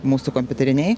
mūsų kompiuterinėj